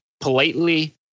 politely